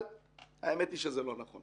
אבל האמת היא שזה לא נכון